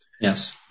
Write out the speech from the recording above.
Yes